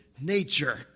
nature